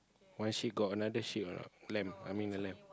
why she got another she got glam I mean the lamb